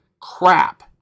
crap